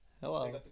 Hello